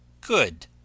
good